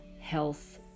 health